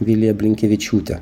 vilija blinkevičiūtė